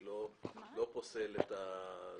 אני לא פוסל זאת.